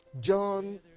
John